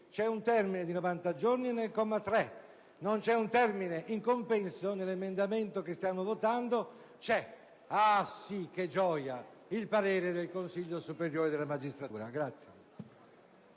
C'è un termine di 90 giorni previsto al comma 3; non c'è un termine, in compenso, nell'emendamento che stiamo votando, ma c'è - ah sì, che gioia! - il parere del Consiglio superiore della magistratura. [LI